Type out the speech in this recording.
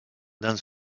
dans